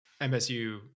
MSU